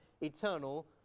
eternal